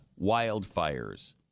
wildfires